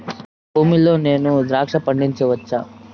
నా భూమి లో నేను ద్రాక్ష పండించవచ్చా?